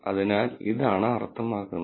അതിനാൽ ഇതാണ് അർത്ഥമാക്കുന്നത്